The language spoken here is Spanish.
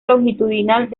longitudinal